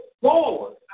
forward